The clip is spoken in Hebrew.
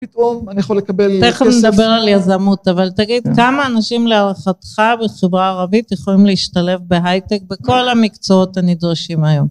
תכף נדבר על יזמות אבל תגיד כמה אנשים להערכתך בחברה הערבית יכולים להשתלב בהייטק בכל המקצועות הנדרשים היום.